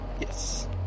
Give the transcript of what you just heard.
Yes